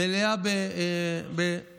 לא עלינו, מלאה בנרקומנים,